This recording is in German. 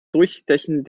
durchstechen